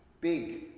big